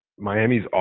Miami's